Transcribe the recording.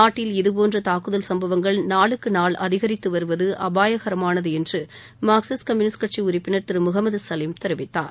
நாட்டில் இதபோன்ற தாக்குதல் சம்பவங்கள் நாளுக்கு நாள் அதிகரித்து வருவது அபாயகரமானது என்று மார்க்சிஸ்ட் கம்யூனிஸ்ட் கட்சி உறுப்பினர் திரு முகமது சலிம் தெரிவித்தார்